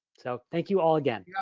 so thank you all again.